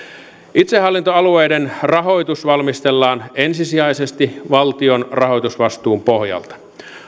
itsehallintoalueiden rahoitus valmistellaan ensisijaisesti valtion rahoitusvastuun pohjalta